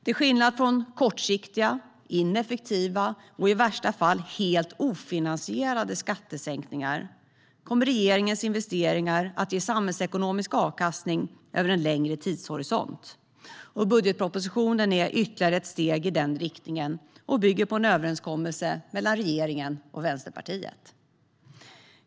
Till skillnad från kortsiktiga, ineffektiva och i värsta fall helt ofinansierade skattesänkningar kommer regeringens investeringar att ge samhällsekonomisk avkastning över en längre tidshorisont. Budgetpropositionen är ytterligare ett steg i den riktningen och bygger på en överenskommelse mellan regeringen och Vänsterpartiet.